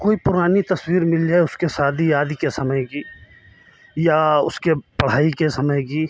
कोई पुरानी तस्वीर मिल जाए उसके शादी आदी के समय की या उसके पढ़ाई के समय की